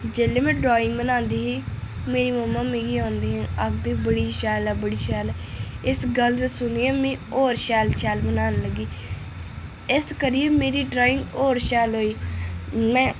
जेलै में ड्राइंग बना दी ही मेरी मम्मा मिगी आखदी ही मिगी बड़ी शैल ऐ बड़ी शैल ऐ इस गल्ल गी सुनियै में होर शैल शैल बनान लगी इस करियै मेरी ड्रांइग होर शैल होई गेई में